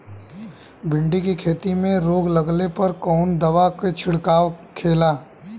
भिंडी की खेती में रोग लगने पर कौन दवा के छिड़काव खेला?